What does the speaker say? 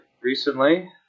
recently